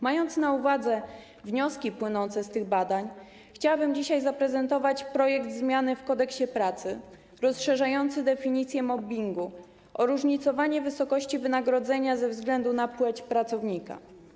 Mając na uwadze wnioski płynące z tych badań, chciałabym dzisiaj zaprezentować projekt zmiany w Kodeksie pracy rozszerzający definicję mobbingu o różnicowanie wysokości wynagrodzenia ze względu na płeć pracownika.